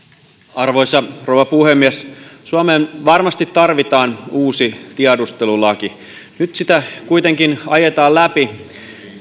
arvoisa rouva puhemies suomeen varmasti tarvitaan uusi tiedustelulaki nyt sitä kuitenkin ajetaan läpi